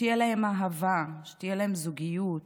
שתהיה להם אהבה, שתהיה להם זוגיות,